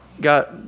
got